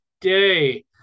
day